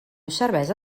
cervesa